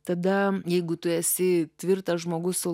tada jeigu tu esi tvirtas žmogus su